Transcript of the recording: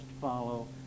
follow